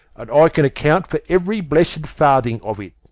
and i can account for every blessed farthing of it.